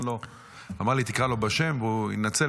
הוא אמר לי: תקרא לו בשם, והוא יינצל.